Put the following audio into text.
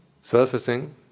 surfacing